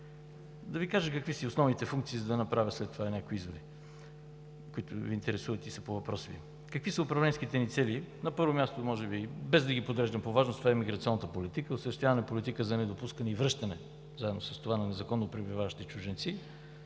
Да Ви кажа какви са основните функции, за да направя след това някой изводи, които Ви интересуват и са по Вашия въпрос. Какви са управленските ни цели? На първо място, без да ги подреждам по важност, това е миграционната политика – осъществяване на политика за недопускане и връщане на незаконно пребиваващи чужденци,